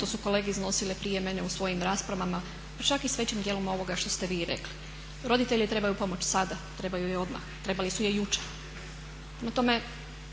što su kolege iznosile prije mene u svojim raspravama pa čak i s većim dijelom ovoga što ste vi rekli. Roditelji trebaju pomoć sada, trebaju je odmah, trebali su je jučer. Prema tome,